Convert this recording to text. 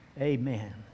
Amen